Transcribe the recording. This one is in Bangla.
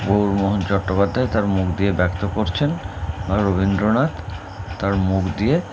গৌরমোহন চট্টোপাধ্যায় তার মুখ দিয়ে ব্যক্ত করছেন বা রবীন্দ্রনাথ তার মুখ দিয়ে